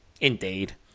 indeed